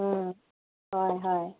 ꯎꯝ ꯍꯣꯏ ꯍꯣꯏ